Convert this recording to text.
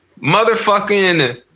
motherfucking